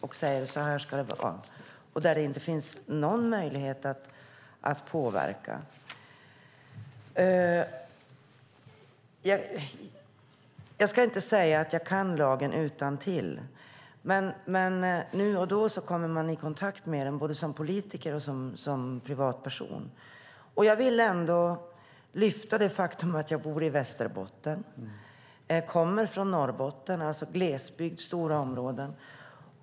Den säger hur det ska vara, och det finns inte någon möjlighet att påverka. Jag ska inte säga att jag kan lagen utantill, men nu och då kommer man i kontakt med den både som politiker och som privatperson. Jag vill lyfta fram det faktum att jag bor i Västerbotten och kommer från Norrbotten - alltså glesbygd och stora områden.